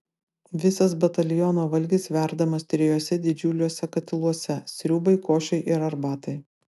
visas bataliono valgis verdamas trijuose didžiuliuose katiluose sriubai košei ir arbatai